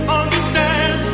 understand